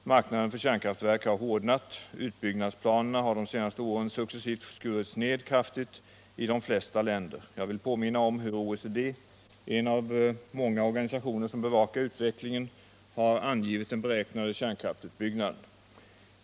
Marknaden för kärnkraftverk har hårdnat. Utbyggnadsplanerna har de senaste åren successivt skurits ned kraftigt i de flesta länder. Jag vill påminna om hur OECD, en av de många organisationer som bevakar utvecklingen, har angivit den beräknade kärnkraftsutbyggnaden.